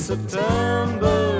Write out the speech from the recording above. September